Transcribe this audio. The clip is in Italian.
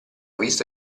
visto